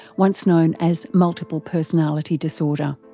once known as multiple personality disorder.